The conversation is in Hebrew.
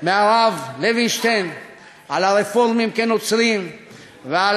מהרב לוינשטיין על הרפורמים כנוצרים ועל